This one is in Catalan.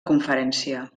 conferència